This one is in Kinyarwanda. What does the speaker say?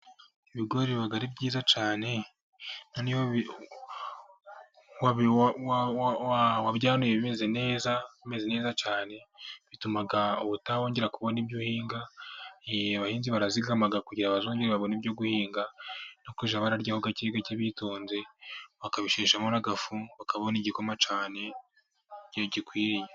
Ibigori biba ari byiza cyane, noneho iyo wabyanuye bimeze neza cyane, bituma ubutaha wongera kubona ibyo uhinga. Abahinzi barazigama kugira bazongere babone ibyo guhinga, no kujya bararyaho gake gake bitonze bakabisheshamo n'agafu, bakabona igikoma cyane gikwiriye.